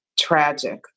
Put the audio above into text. tragic